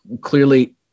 Clearly